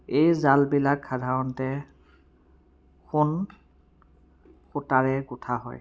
এই জালবিলাক সাধাৰণতে সোন সূতাৰে গুঠা হয়